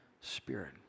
spirit